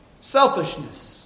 Selfishness